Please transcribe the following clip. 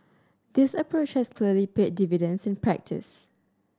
this approach has clearly paid dividends in practice